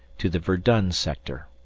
to the verdun sector.